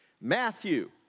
Matthew